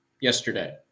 yesterday